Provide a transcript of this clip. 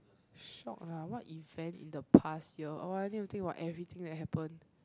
shock lah what event in the past year oh I need to think of everything that happened